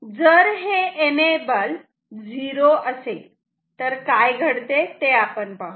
जर हे enable zero असेल तर काय घडते ते आपण पाहू